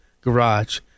Garage